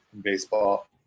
baseball